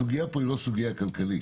הסוגיה פה היא לא סוגיה כלכלית.